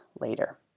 later